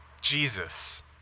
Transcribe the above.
Jesus